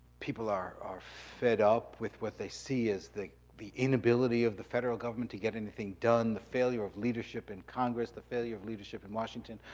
people are are fed up with what they see as the the inability of the federal government to get anything done, the failure of leadership in congress, the failure of leadership in washington,